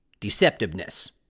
deceptiveness